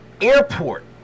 airport